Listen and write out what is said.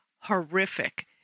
horrific